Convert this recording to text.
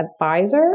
advisor